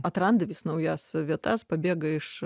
atranda vis naujas vietas pabėga iš